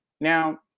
Now